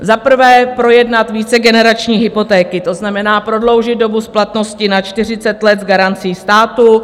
Za prvé, projednat vícegenerační hypotéky, to znamená prodloužit dobu splatnosti na 40 let s garancí státu.